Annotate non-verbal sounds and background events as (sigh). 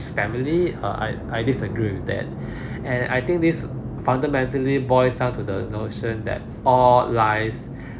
family uh I I disagree with that (breath) and I think this fundamentally boils down to the notion that all lives